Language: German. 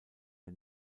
der